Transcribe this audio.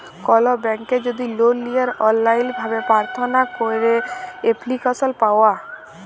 call ব্যাংকে যদি লল লিয়ার অললাইল ভাবে পার্থনা ক্যইরে এপ্লিক্যাসল পাউয়া